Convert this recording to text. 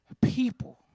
people